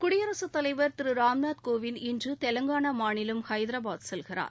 குடியரசு தலைவர் திரு ராம்நாத் கோவிந்த்இன்று தெலங்கானா மாநிலம் ஐதராபாத் செல்கிறார்